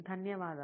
ధన్యవాదాలు